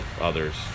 others